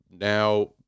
now